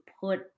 put